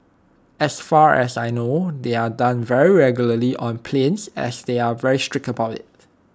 as far as I know they are done very regularly on planes as they are very strict about IT